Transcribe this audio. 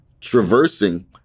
traversing